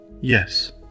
Yes